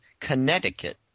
Connecticut